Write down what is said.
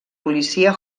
policia